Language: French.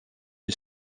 une